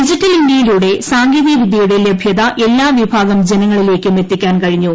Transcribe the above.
digital ഇന്ത്യയിലൂടെ സാങ്കേതികവിദ്യയുടെ ലഭ്യത എല്ലാ വിഭാഗം ജനങ്ങളിലേക്കും എത്തിക്കാൻ കഴിഞ്ഞു